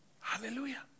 Hallelujah